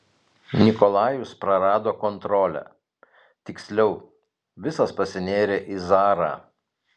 nikolajus prarado kontrolę tiksliau visas pasinėrė į zarą